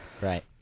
Right